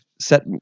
set